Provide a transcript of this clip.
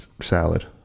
salad